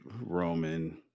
Roman